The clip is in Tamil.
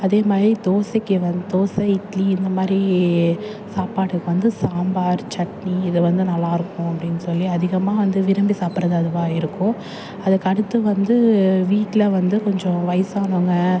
அதேமாதிரி தோசைக்கு வந்து தோசை இட்லி இந்தமாதிரி சாப்பாட்டுக்கு வந்து சாம்பார் சட்னி இதுவந்து நல்லாயிருக்கும் அப்படினு சொல்லி அதிகமாக வந்து விரும்பி சாப்பிட்றது அதுவாக இருக்கும் அதுக்கு அடுத்து வந்து வீட்டில் வந்து கொஞ்சம் வயசானவங்க